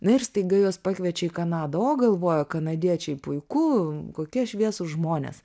na ir staiga juos pakviečia į kanadą o galvoja kanadiečiai puiku kokie šviesūs žmonės